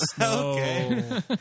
Okay